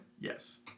yes